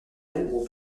héros